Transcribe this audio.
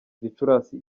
gicurasi